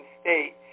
state